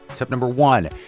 tip number one,